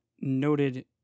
Noted